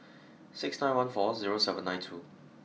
six nine one four zero seven nine two